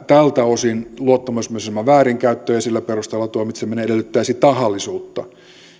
tältä osin luottamusaseman väärinkäyttö ja sillä perusteella tuomitseminen edellyttäisi tahallisuutta